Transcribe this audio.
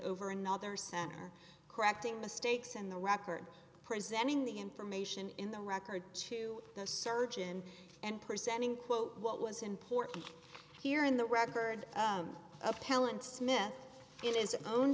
over another center correcting mistakes in the record presenting the information in the record to the surgeon and presenting quote what was important here in the record appellant smith it is own